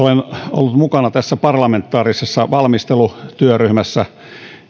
ollut mukana tässä parlamentaarisessa valmistelutyöryhmässä